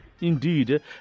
indeed